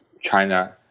China